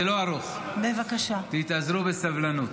זה לא ארוך, תתאזרו בסבלנות.